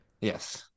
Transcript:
Yes